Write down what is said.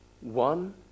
One